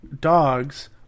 dogs